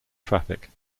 traffic